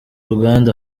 ruganda